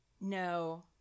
No